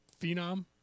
phenom